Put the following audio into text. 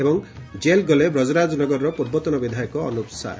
ଏବଂ ଜେଲ୍ ଗଲେ ବ୍ରଜରାଜନଗରର ପୂର୍ବତନ ବିଧାୟକ ଅନୁପ ସାଏ